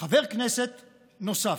חבר כנסת נוסף.